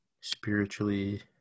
spiritually